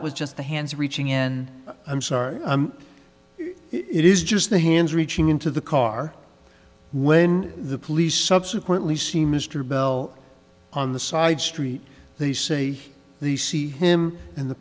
it was just the hands reaching in i'm sorry it is just the hands reaching into the car when the police subsequently see mr bell on the side street they say the see him in the